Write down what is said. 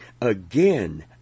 Again